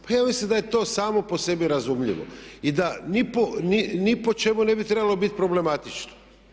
Pa ja mislim da je to samo po sebi razumljivo i da ni po čemu ne bi trebalo biti problematično.